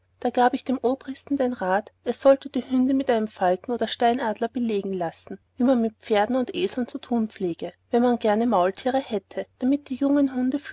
da gab ich dem obristen den rat er sollte die hündin mit einem falken oder steinadler belegen lassen wie man mit pferden und eseln zu tun pflege wann man gerne maultiere hätte damit die jungen hunde